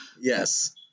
yes